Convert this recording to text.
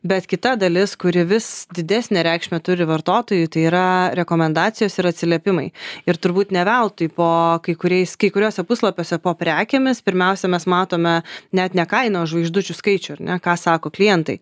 bet kita dalis kuri vis didesnę reikšmę turi vartotojui tai yra rekomendacijos ir atsiliepimai ir turbūt ne veltui po kai kuriais kai kuriuose puslapiuose po prekėmis pirmiausia mes matome net ne kainą o žvaigždučių skaičių ar ne ką sako klientai